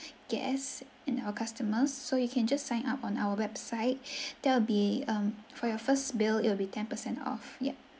guests and our customers so you can just sign up on our website there will be um for your first bill it will be ten percent off yup